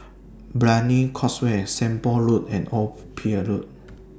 Brani Causeway Seng Poh Road and Old Pier Road